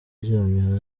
uryamye